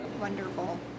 wonderful